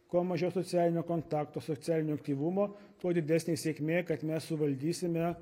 kuo mažiau socialinio kontakto socialinio aktyvumo tuo didesnė sėkmė kad mes suvaldysime